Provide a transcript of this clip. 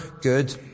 good